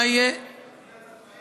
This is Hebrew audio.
מה יהיה, אדוני,